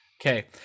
okay